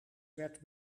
werd